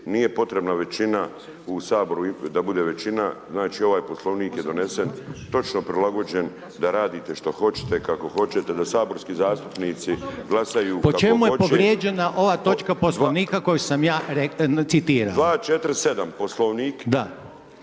nije potrebna većina u Saboru da bude većina. Znači, ovaj Poslovnik je donesen točno prilagođen da radite šta hoćete, kako hoćete, da saborski zastupnici glasaju…/Upadica: Po čemu je povrijeđena ova točka Poslovnika koju sam ja citirao/…247. Poslovnik je